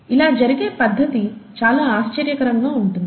ఇలా జరిగే పద్దతి చాలా ఆశ్చర్యకరంగా ఉంటుంది